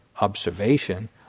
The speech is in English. observation